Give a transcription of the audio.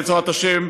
בעזרת השם,